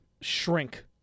shrink